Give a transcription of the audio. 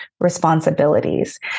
responsibilities